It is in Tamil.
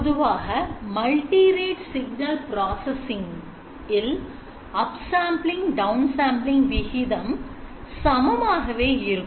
பொதுவாக multirate signal processing Upsampling downsampling விகிதம் சமமாகவே இருக்கும்